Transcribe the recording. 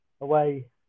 away